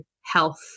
health